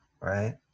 right